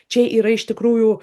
čia yra iš tikrųjų